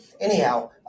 Anyhow